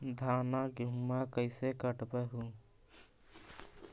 धाना, गेहुमा कैसे कटबा हू?